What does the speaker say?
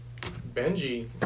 Benji